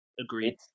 Agreed